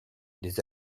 des